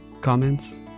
Comments